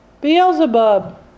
Beelzebub